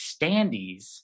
standees